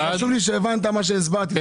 חשוב לי שהבנת מה שהסברתי.